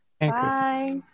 Bye